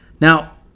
Now